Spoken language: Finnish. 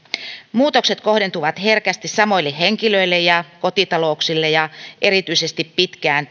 muutokset kohdentuvat herkästi samoille henkilöille ja kotitalouksille ja erityisesti pitkään